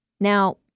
Now